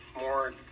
more